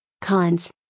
Cons